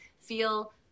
feel